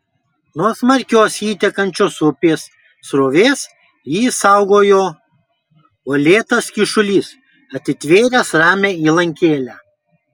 nuo smarkios įtekančios upės srovės jį saugojo uolėtas kyšulys atitvėręs ramią įlankėlę